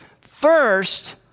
first